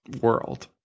World